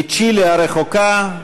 מצ'ילה הרחוקה,